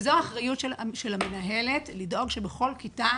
וזו האחריות של המנהלת, לדאוג שבכל כיתה